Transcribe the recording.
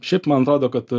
šiaip man atrodo kad